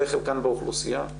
זה חלקן באוכלוסייה.